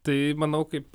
tai manau kaip